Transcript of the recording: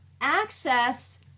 access